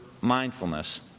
mindfulness